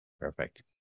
Perfect